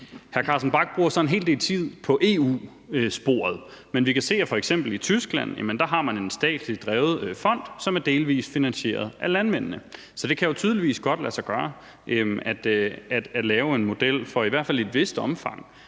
Hr. Carsten Bach bruger så en hel del tid på EU-sporet, men vi kan se, at i f.eks. Tyskland har man en statslig drevet fond, som er delvist finansieret af landmændene. Så det kan jo tydeligvis godt lade sig gøre at lave en model for – i hvert fald i et vist omfang